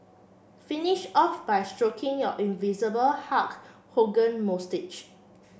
finish off by stroking your invisible Hulk Hogan moustache